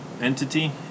entity